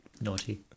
Naughty